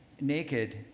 naked